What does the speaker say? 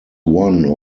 one